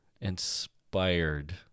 inspired